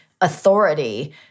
authority